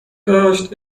داشت